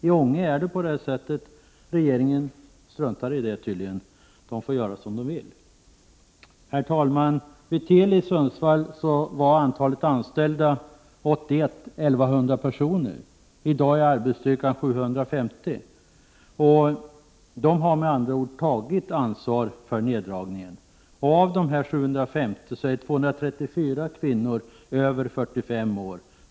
I Ånge är det på det sättet, men regeringen struntar tydligen i det — företaget får göra som det vill. Vid Teli i Sundsvall var år 1981 antalet anställda 1 100 personer. I dag uppgår arbetsstyrkan till 750 personer. Teli i Sundsvall har med andra ord tagit ansvar för neddragningen. Av dessa 750 personer är 234 kvinnor över 45 år.